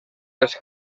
les